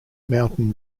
mountain